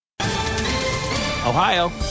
Ohio